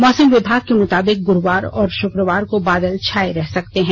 मौसम विभाग के मुताबिक गुरुवार और शुक्रवार को बादल छाए रह सकते हैं